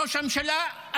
ראש הממשלה,